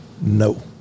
No